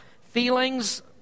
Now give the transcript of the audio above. feelings